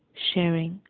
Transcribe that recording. sharing,